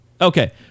Okay